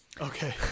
Okay